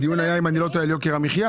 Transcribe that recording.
הדיון הוא על יוקר המחיה,